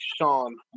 Sean